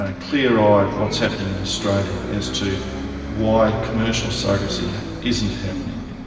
ah clear-eyed, what's happening in australia as to why commercial surrogacy isn't happening,